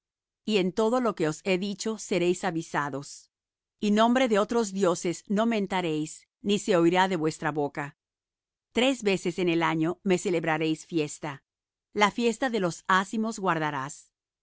y en todo lo que os he dicho seréis avisados y nombre de otros dioses no mentaréis ni se oirá de vuestra boca tres veces en el año me celebraréis fiesta la fiesta de los ázimos guardarás